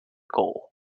goal